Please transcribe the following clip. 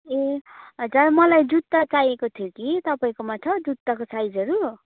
ए हजुर मलाई जुत्ता चाहिएको थियो कि तपाईँकोमा छ जुत्ताको साइजहरू